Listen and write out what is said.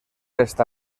està